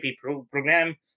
program